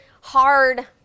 hard